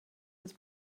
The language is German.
des